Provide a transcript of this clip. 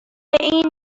این